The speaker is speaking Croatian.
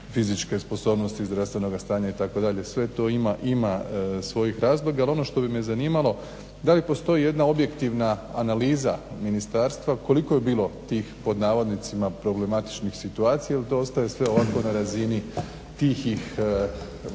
fizičke sposobnosti, zdravstvenoga stanja itd., sve to ima ima svojih razloga. Ali ono što bi me zanimalo, da li postoji jedna objektivna analiza ministarstva, koliko je bilo tih "problematičnih situacija" ili to ostaje sve ovako na razini tihih